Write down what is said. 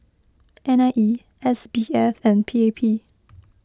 N I E S B F and P A P